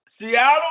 Seattle